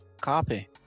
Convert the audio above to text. Copy